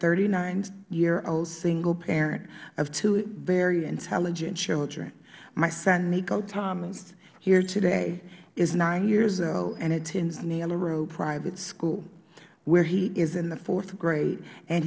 thirty nine year old single parent of two very intelligent children my son nico thomas here today is nine years old and attends naylor road private school where he is in the fourth grade and